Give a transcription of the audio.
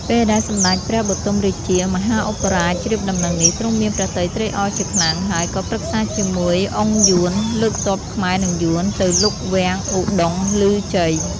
ពេលដែល សម្តេចព្រះបទុមរាជាមហាឧបរាជ ជ្រាបដំណឹងនេះ ទ្រង់មានព្រះទ័យត្រេកអរជាខ្លាំង ហើយក៏ប្រឹក្សាជាមួយ អុងយួន លើកទ័ពខ្មែរ-យួនទៅលុកវាំងឧត្តុង្គឮជ័យ។